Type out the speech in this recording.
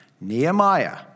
Nehemiah